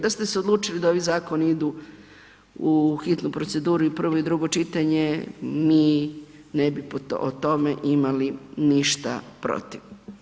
Da ste se odlučili da ovi zakoni idu u hitnu proceduru, i prvo i drugo čitanje mi ne bi o tome imali ništa protiv.